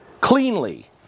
cleanly